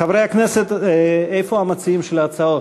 חברי הכנסת, איפה המציעים של ההצעות?